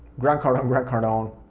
grant cardone, grant cardone,